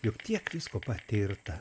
juk tiek visko patirta